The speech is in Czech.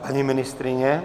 Paní ministryně?